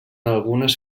algunes